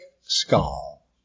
skull